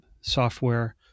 software